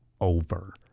over